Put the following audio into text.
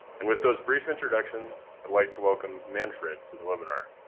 and with those brief introductions, i'd like to welcome manfred to the webinar.